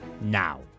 now